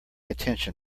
attention